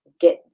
get